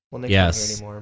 Yes